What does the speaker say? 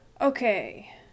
Okay